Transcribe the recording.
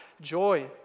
joy